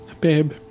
babe